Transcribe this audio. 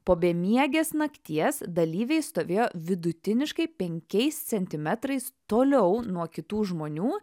po bemiegės nakties dalyviai stovėjo vidutiniškai penkiais centimetrais toliau nuo kitų žmonių